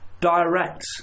direct